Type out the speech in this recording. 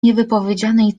niewypowiedzianej